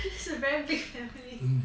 it's a very big family